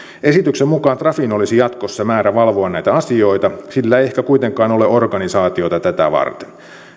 esityksen mukaan trafin olisi jatkossa määrä valvoa näitä asioita sillä ei ehkä kuitenkaan ole organisaatioita tätä varten